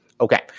Okay